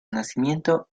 nacimiento